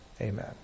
Amen